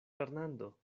fernando